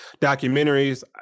documentaries